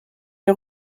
les